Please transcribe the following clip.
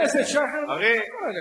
חבר הכנסת שי חרמש, מה קורה לך?